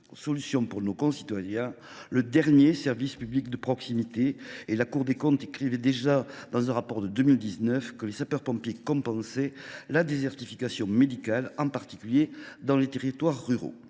solution pour nos concitoyens, le dernier service public de proximité. La Cour des comptes écrivait déjà, dans un rapport de 2019, que les sapeurs pompiers compensaient la désertification médicale, en particulier dans les territoires ruraux.